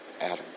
Adam